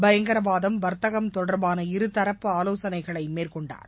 பயங்கரவாதம் வர்த்தகம் தொடர்பான இருதரப்பு ஆலோசனைகளை மேற்கொண்டார்